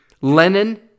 Lenin